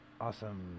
Awesome